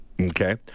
Okay